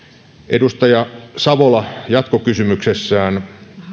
edustaja savola jatkokysymyksessään